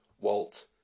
Walt